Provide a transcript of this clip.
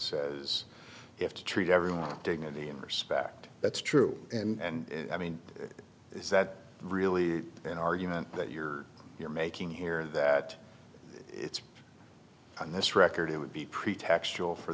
says you have to treat everyone dignity and respect that's true and i mean is that really an argument that you're you're making here and that it's on this record it would be pretextual for